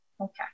Okay